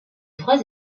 trois